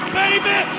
baby